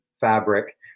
fabric